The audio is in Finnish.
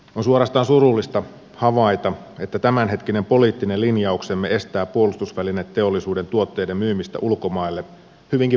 on suorastaan surullista havaita että tämänhetkinen poliittinen linjauksemme estää puolustusvälineteollisuuden tuotteiden myymistä ulkomaille hyvinkin voimakkaasti